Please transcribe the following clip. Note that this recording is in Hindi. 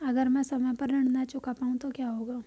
अगर म ैं समय पर ऋण न चुका पाउँ तो क्या होगा?